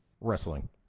wrestling